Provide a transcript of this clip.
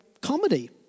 comedy